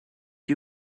you